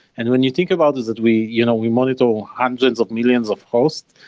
and when you think about is that we you know we monitor hundreds of millions of hosts,